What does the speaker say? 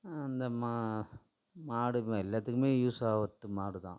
இந்த மா மாடு எல்லாத்துக்கும் யூஸ் ஆகிறது மாடு தான்